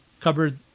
covered